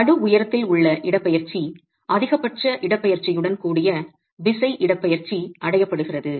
நடு உயரத்தில் உள்ள இடப்பெயர்ச்சி அதிகபட்ச இடப்பெயர்ச்சியுடன் கூடிய விசை இடப்பெயர்ச்சி அடையப்படுகிறது